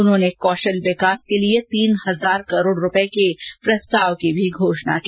उन्होंने कौशल विकास के लिए तीन हजार करोड रूपए के प्रस्ताव की भी घोषणा की